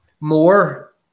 more